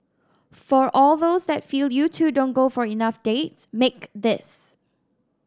for all those that feel you two don't go for enough dates make this